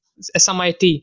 SMIT